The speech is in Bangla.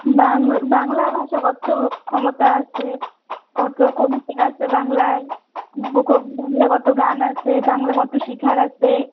বাং বাংলা ভাষার কত্ত ক্ষমতা আছে কত কবিতা আছে বাংলায় বাংলায় কত গান আছে বাংলা কত শেখার আছে